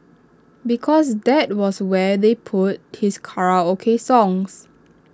because that was where they put his karaoke songs